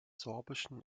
sorbischen